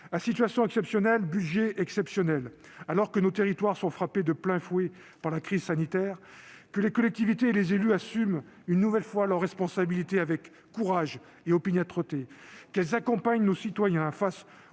À situation exceptionnelle, budget exceptionnel. Alors que nos territoires sont frappés de plein fouet par la crise sanitaire, alors que les collectivités et les élus assument une nouvelle fois leurs responsabilités avec courage et opiniâtreté et accompagnent nos concitoyens face aux